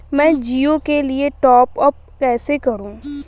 मैं जिओ के लिए टॉप अप कैसे करूँ?